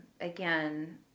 Again